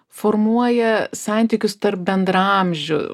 formuoja santykius tarp bendraamžių